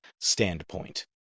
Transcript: standpoint